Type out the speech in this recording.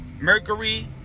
Mercury